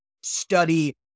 study